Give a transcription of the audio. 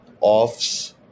offs